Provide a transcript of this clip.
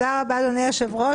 תודה רבה, אדוני היושב-ראש.